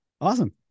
Awesome